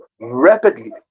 rapidly